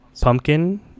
Pumpkin